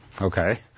Okay